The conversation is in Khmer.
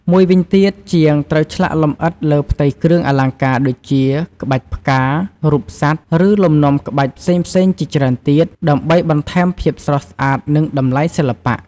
មួយវិញទៀត ជាងត្រូវឆ្លាក់លម្អិតលើផ្ទៃគ្រឿងអលង្ការ ដូចជា ក្បាច់ផ្កា រូបសត្វ ឬលំនាំក្បាច់ផ្សេងៗជាច្រើនទៀត ដើម្បីបន្ថែមភាពស្រស់ស្អាត និងតម្លៃសិល្បៈ។